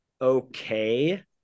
Okay